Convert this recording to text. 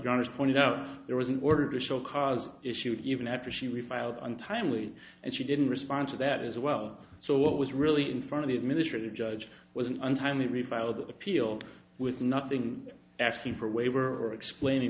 you pointed out there was an order to show cause issues even after she refiled untimely and she didn't respond to that as well so what was really in front of the administrative judge was an untimely refiled appeal with nothing asking for a waiver explaining